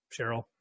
Cheryl